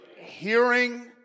Hearing